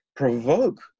provoke